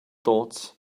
thoughts